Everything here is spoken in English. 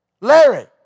Larry